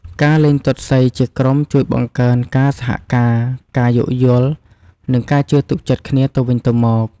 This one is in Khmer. ការលេងទាត់សីជាក្រុម ជួយបង្កើន ការសហការ ការយោគយល់ និងការជឿទុកចិត្តគ្នាទៅវិញទៅមក។